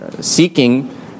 seeking